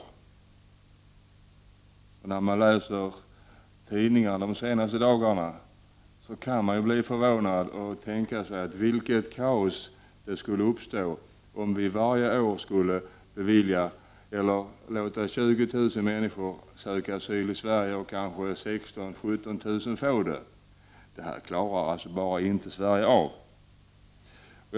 Man kan då bli förvånad när man läser tidningarna från de senaste dagarna, och man kan tänka sig vilket kaos det skulle uppstå om vi varje år skulle låta 20 000 människor söka asyl i Sverige och låta 16 000-17 000 människor få asyl. Det här klarar Sverige bara inte av. Herr talman!